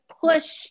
push